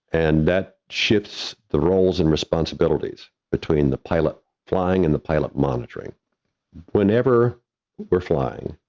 and that shifts the roles and responsibilities between the pilot flying and the pilot monitoring whenever we're flying.